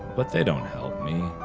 but they don't help me,